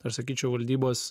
aš sakyčiau valdybos